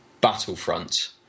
Battlefront